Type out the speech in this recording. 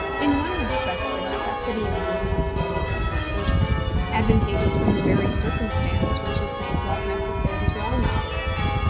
in one respect the necessity of dealing with love is advantageous advantageous from the very circumstance which has made love necessary to all novelists.